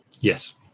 Yes